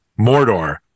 Mordor